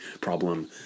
problem